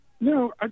No